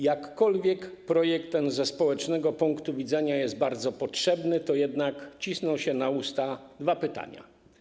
Jakkolwiek projekt ten ze społecznego punktu widzenia jest bardzo potrzebny, to jednak cisną się na usta dwa pytania.